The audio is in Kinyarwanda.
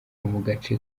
gace